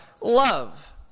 love